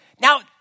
Now